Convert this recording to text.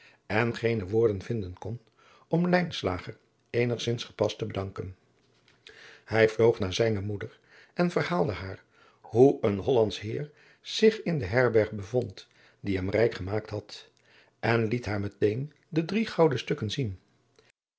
en geene woorden vinden kon om lijnslager eenigzins gepast te bedanken hij vloog naar zijne moeder en verhaalde haar hoe een hollandsch heer zich in de herberg bevond die hem rijk gemaakt had en liet haar meteen de drie gouden stukken zien